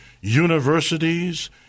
universities